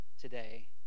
today